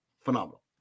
Phenomenal